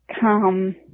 come